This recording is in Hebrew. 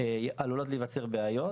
עלולות להיווצר בעיות.